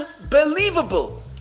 Unbelievable